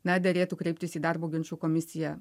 na derėtų kreiptis į darbo ginčų komisiją